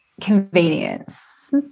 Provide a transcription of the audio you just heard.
convenience